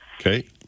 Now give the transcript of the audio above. Okay